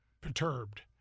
perturbed